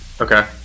Okay